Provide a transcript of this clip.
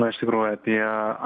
na iš tikrųjų apie